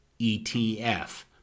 ETF